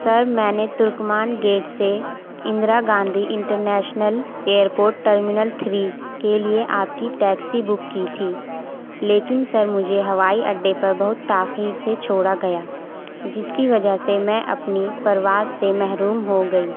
سر میں نے ترکمان گیٹ سے Indira Gandhi International Airport terminal three کے لیے آپ کی ٹیکسی بک کی تھی لیکن سر مجھے ہوائی اڈے پر بہت تاخیر سے چھوڑا گیا جس کی وجہ سے میں اپنی پرواز سے محروم ہو گئی